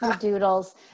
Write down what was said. doodles